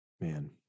man